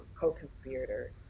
co-conspirator